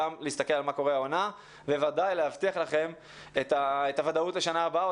להסתכל על מה קורה העונה ובוודאי להבטיח לכם את הוודאות לשנה הבאה,